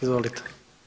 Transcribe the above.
Izvolite.